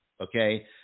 Okay